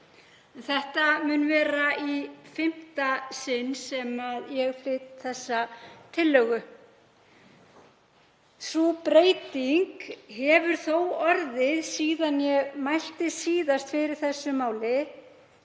Þetta mun vera í fimmta sinn sem ég flyt þessa tillögu. Sú breyting hefur þó orðið síðan ég mælti síðast fyrir þessu máli